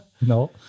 No